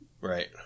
Right